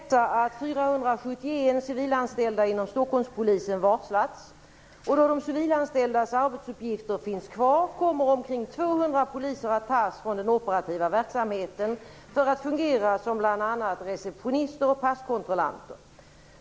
Fru talman! I går kunde vi läsa att 471 civilanställda inom Stockholmspolisen varslats. Eftersom de civilanställdas arbetsuppgifter finns kvar kommer omkring 200 poliser att tas från den operativa verksamheten för att fungera som bl.a. receptionister och passkontrollanter.